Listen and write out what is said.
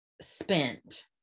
spent